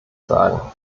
sagen